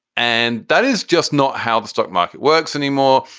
and that is just not how the stock market works anymore.